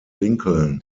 lincoln